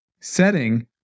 setting